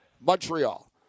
Montreal